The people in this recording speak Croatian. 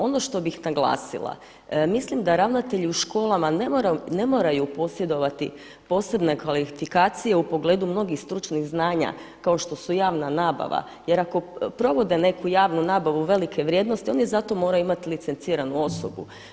Ono što bih naglasila mislim da ravnatelji u školama ne moraju posjedovati posebne kvalifikacije u pogledu mnogih stručnih znanja kao što su javna nabava jer ako provode neku javnu nabavu velike vrijednosti oni za to moraju imati licenciranu osobu.